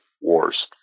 wars